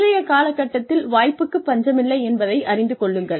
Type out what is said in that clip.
இன்றைய கால கட்டத்தில் வாய்ப்புக்கு பஞ்சமில்லை என்பதை அறிந்து கொள்ளுங்கள்